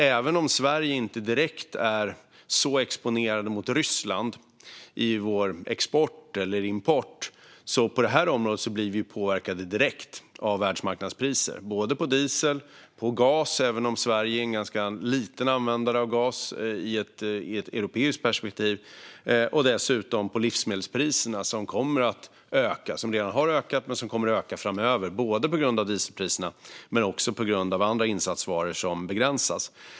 Även om Sverige inte direkt är så exponerat mot Ryssland i vår export eller import blir vi på det här området direkt påverkade av världsmarknadspriser. Det gäller både diesel och gas, även om Sverige är en ganska liten användare av gas i ett europeiskt perspektiv. Det gäller dessutom livsmedelspriserna, som redan har ökat och som kommer att öka framöver både på grund av dieselpriserna och på grund av andra insatsvaror som begränsas.